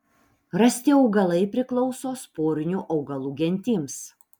rasti augalai priklauso sporinių augalų gentims